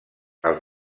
els